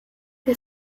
der